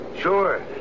Sure